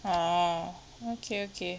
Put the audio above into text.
orh okay okay